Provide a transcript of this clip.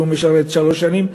אם הוא משרת שלוש שנים,